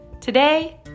Today